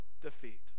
defeat